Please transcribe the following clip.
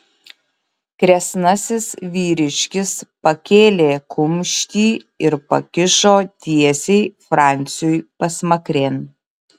kresnasis vyriškis pakėlė kumštį ir pakišo tiesiai franciui pasmakrėn